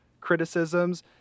criticisms